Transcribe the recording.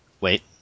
Wait